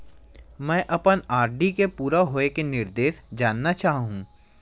मैं अपन आर.डी के पूरा होये के निर्देश जानना चाहहु